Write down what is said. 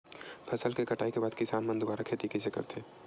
फसल के कटाई के बाद किसान मन दुबारा खेती कइसे करथे?